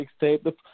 mixtape